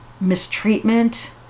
mistreatment